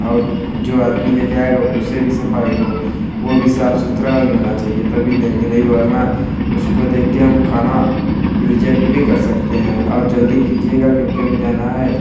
और जो आदमी लेके आएगा उसे भी सफाई हो वो भी साफ सुथरा ही होना चाहिए तभी लेंगे नहीं वरना उसको देख के हम खाना रिजेक्ट भी कर सकते हैं और जल्दी कीजिएगा क्योंकि हमें जाना है